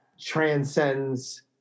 transcends